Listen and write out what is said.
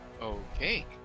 Okay